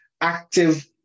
active